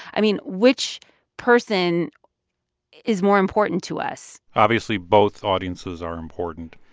i mean, which person is more important to us? obviously both audiences are important.